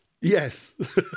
Yes